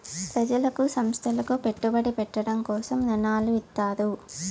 ప్రజలకు సంస్థలకు పెట్టుబడి పెట్టడం కోసం రుణాలు ఇత్తారు